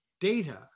data